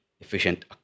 efficient